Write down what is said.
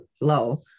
low